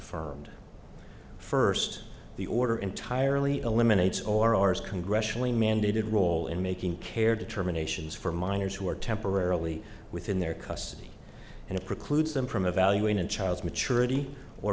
and first the order entirely eliminates or r s congressionally mandated role in making care determinations for minors who are temporarily within their custody and a precludes them from a value in a child's maturity or